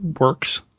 works